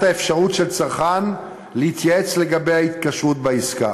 האפשרות של צרכן להתייעץ לגבי ההתקשרות בעסקה.